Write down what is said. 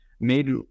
made